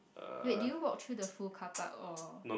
wait did you walk through the full car park or